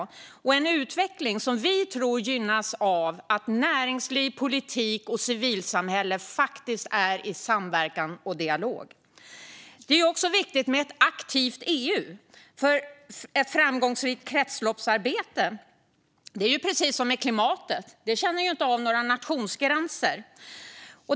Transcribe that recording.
Det är en utveckling som vi tror gynnas av att näringsliv, politik och civilsamhälle faktiskt är i samverkan och dialog. Det är också viktigt med ett aktivt EU. Ett framgångsrikt kretsloppsarbete är precis som med klimatet, nämligen att det inte känner av några nationsgränser.